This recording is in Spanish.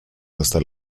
hasta